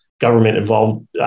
government-involved